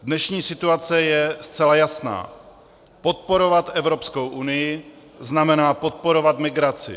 Dnešní situace je zcela jasná podporovat Evropskou unii znamená podporovat migraci.